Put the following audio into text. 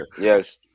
Yes